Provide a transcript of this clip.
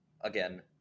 again